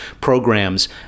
programs